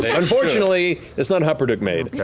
ah unfortunately, it's not hupperdook-made. yeah